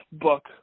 book